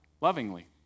lovingly